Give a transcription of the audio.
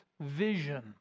vision